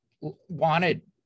wanted